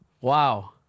wow